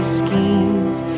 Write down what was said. schemes